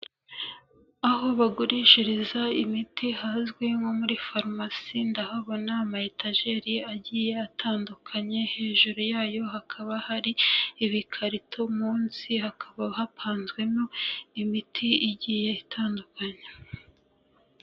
Aho bagurishiriza imiti hazwi nko muri farumasi ndahabona amayetajeri agiye atandukanye, hejuru yayo hakaba hari ibikarito, munsi hakaba hapanzwemo imiti igiye itandukanye.